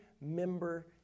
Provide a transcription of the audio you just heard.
member